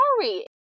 sorry